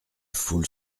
foule